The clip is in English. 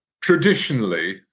Traditionally